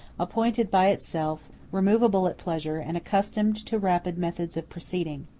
appointed by itself, removable at pleasure, and accustomed to rapid methods of proceeding.